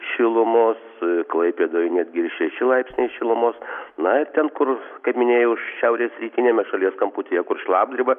šilumos klaipėdoj netgi ir šeši laipsniai šilumos na ir ten kur kaip minėjau šiaurės rytiniame šalies kamputyje kur šlapdriba